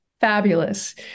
fabulous